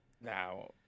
now